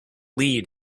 lead